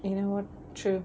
you know what true